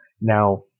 now